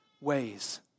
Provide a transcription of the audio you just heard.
ways